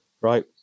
right